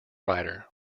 rider